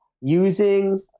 using